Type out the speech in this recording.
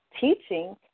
teaching